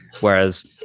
Whereas